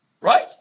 Right